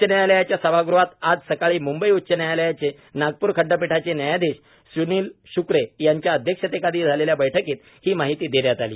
उच्च न्यायालयाच्या सभागृहात आज सकाळी म्ंबई उच्च न्यायालयाचे नागपूर खंडपीठाचे न्यायाधीश सूनील शुक्रे यांच्या अध्यक्षतेखाली झालेल्या बैठकीत ही माहिती देण्यात आली